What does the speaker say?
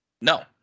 no